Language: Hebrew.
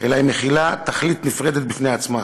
אלא היא מכילה תכלית נפרדת בפני עצמה.